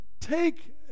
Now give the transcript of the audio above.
take